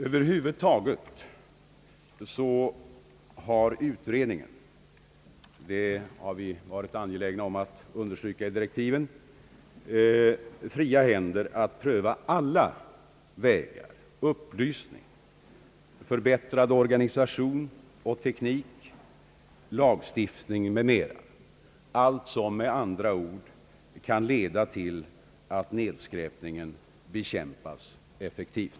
Över huvud taget har utredningen — det har vi varit angelägna om att under stryka i direktiven — fria händer att pröva alla vägar; upplysning, förbättrad organisation och teknik, lagstiftning m, m., med andra ord allt som kan leda till att nedskräpningen bekämpas effektivt.